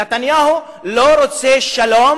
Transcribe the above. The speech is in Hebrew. נתניהו לא רוצה שלום